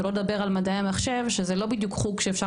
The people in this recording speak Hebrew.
שלא נדבר על מדעי המחשב שזה לא בדיוק חוג שאפשר